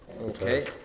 Okay